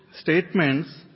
statements